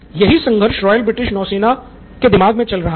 यही संघर्ष royal British नौसेना के दिमाग में चल रहा था